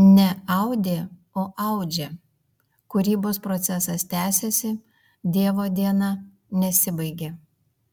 ne audė o audžia kūrybos procesas tęsiasi dievo diena nesibaigė